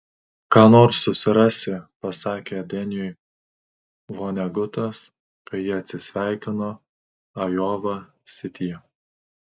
ką nors susirasi pasakė deniui vonegutas kai jie atsisveikino ajova sityje